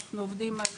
עובדים על